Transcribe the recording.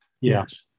Yes